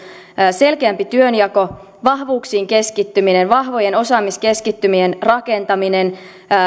selkeämpi työnjako vahvuuksiin keskittyminen vahvojen osaamiskeskittymien rakentaminen